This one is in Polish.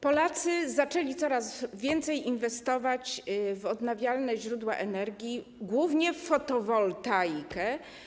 Polacy zaczęli coraz więcej inwestować w odnawialne źródła energii, głównie w fotowoltaikę.